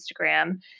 Instagram